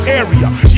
area